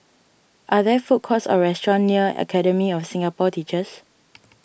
are there food courts or restaurants near Academy of Singapore Teachers